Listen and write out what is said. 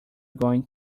going